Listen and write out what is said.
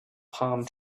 palm